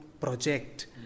project